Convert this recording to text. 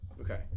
Okay